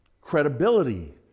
credibility